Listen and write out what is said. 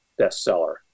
bestseller